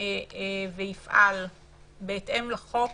ויפעל בהתאם לחוק